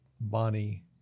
Bonnie